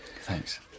Thanks